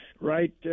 right